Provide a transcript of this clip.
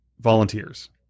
volunteers